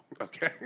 Okay